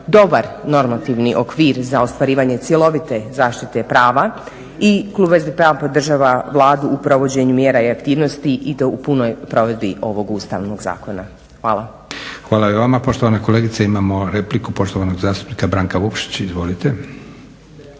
dobar normativni okvir za ostvarivanje cjelovite zaštite prava i klub SDP-a podržava Vladu u provođenju mjera i aktivnosti i to u punoj provedbi ovog Ustavnog zakona. Hvala. **Leko, Josip (SDP)** Hvala i vama poštovana kolegice. Imamo repliku poštovanog zastupnika Branka Vukšića. Izvolite.